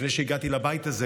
לפני שהגעתי לבית הזה